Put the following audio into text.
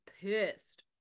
pissed